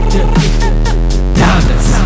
Diamonds